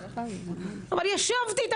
אבל ישבתי איתן,